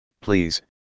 please